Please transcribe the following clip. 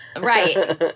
Right